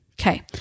Okay